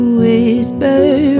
whisper